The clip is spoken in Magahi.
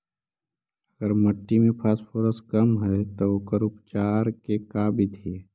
अगर मट्टी में फास्फोरस कम है त ओकर उपचार के का बिधि है?